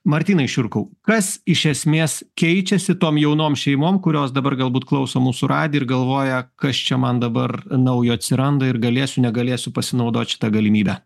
martynai šiurkau kas iš esmės keičiasi tom jaunom šeimom kurios dabar galbūt klauso mūsų radijo ir galvoja kas čia man dabar naujo atsiranda ir galėsiu negalėsiu pasinaudot šita galimybe